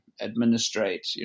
administrate